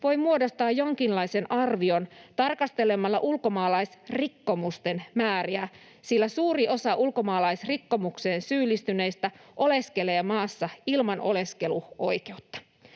voi muodostaa jonkinlaisen arvion tarkastelemalla ulkomaalaisrikkomusten määriä, sillä suuri osa ulkomaalaisrikkomukseen syyllistyneistä oleskelee maassa ilman oleskeluoikeutta.